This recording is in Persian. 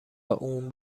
اون